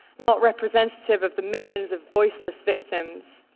not representative of the millions of voiceless victims.